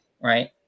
Right